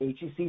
HEC